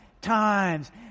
times